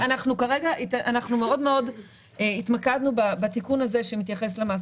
אנחנו מאוד מאוד התמקדנו בתיקון הזה שמתייחס למס